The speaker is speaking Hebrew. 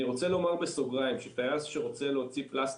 אני רוצה לומר בסוגריים שטייס שרוצה להוציא פלסטיק,